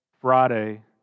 Friday